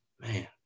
Man